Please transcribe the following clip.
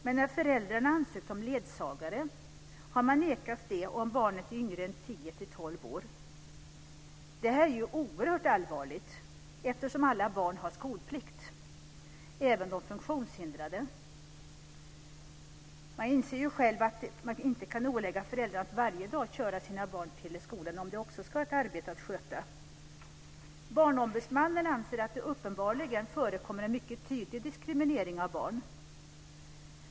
Men när föräldrarna ansökt om ledsagare har de nekats det om barnet är yngre än 10 12 år. Det är oerhört allvarligt eftersom alla barn har skolplikt, även de funktionshindrade. Man inser ju själv att man inte kan ålägga föräldrarna att varje dag köra sina barn till skolan om de också ska ha ett arbete att sköta. Barnombudsmannen anser att det uppenbarligen förekommer en mycket tydlig diskriminering av barn.